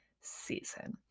season